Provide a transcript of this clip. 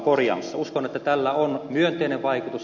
uskon että tällä on myönteinen vaikutus